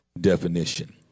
definition